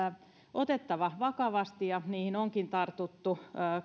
otettava vakavasti ja niihin onkin tartuttu